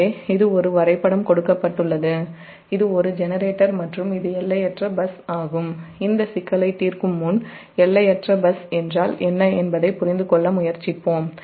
எனவே இது ஒரு வரைபடம் கொடுக்கப்பட்டுள்ளது இது ஒரு ஜெனரேட்டர் மற்றும் இது எல்லையற்ற பஸ் ஆகும் இந்த சிக்கலை தீர்க்கும் முன் எல்லை யற்ற பஸ் என்றால் என்ன என்பதை புரிந்து கொள்ள முயற்சிப்போம்